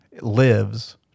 lives